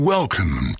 Welcome